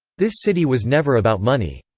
this city was never about money.